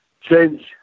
change